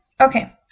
Okay